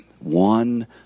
one